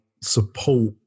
support